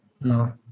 No